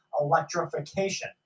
electrification